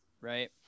Right